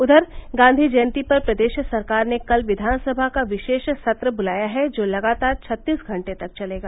उधर गांधी जयंती पर प्रदेश सरकार ने कल विधानसभा का विशेष सत्र बुलाया है जो लगातार छत्तीस घंटे तक चलेगा